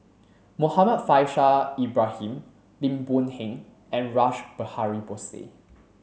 Muhammad Faishal Ibrahim Lim Boon Heng and Rash Behari Bose